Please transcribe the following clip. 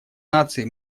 наций